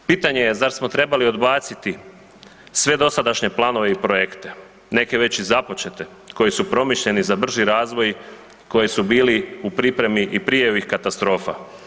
Pitanje je zar smo trebali odbaciti sve dosadašnje planove i projekte, neke već i započete koji su promišljeni za brži razvoj, koji su bili u pripremi i prije ovih katastrofa.